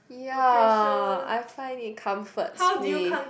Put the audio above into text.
ya I find it comforts me